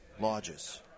lodges